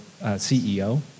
CEO